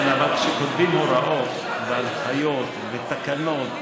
כן, אבל כשכותבים הוראות והנחיות ותקנות בחקיקה,